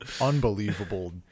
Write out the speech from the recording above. unbelievable